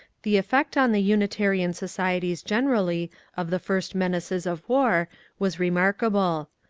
the effect on the unitarian societies generally of the first menaces of war was remarkable.